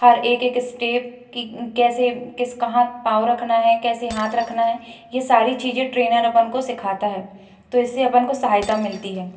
हर एक एक स्टेप की कैसे किस कहाँ पाँव रखना है कैसे हाथ रखना है यह सारी चीज़ें ट्रेनर अपन को सिखाता है तो इससे अपन को सहायता मिलती है